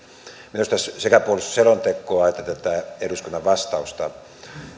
minusta sekä puolustusselontekoa että eduskunnan vastausta